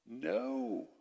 No